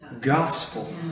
gospel